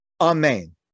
amen